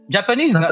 Japanese